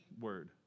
word